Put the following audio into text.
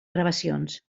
gravacions